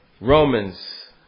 Romans